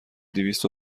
دویست